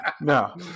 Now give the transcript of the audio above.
No